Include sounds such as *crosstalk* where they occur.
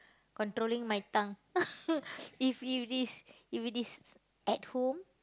controlling my tongue *laughs* if it is if it is at home